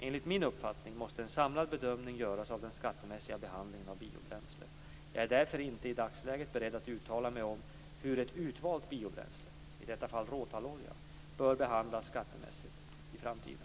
Enligt min uppfattning måste en samlad bedömning göras av den skattemässiga behandlingen av biobränsle. Jag är därför inte i dagsläget beredd att uttala mig om hur ett utvalt biobränsle - i detta fall råtallolja - bör behandlas skattemässigt i framtiden.